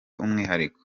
umwihariko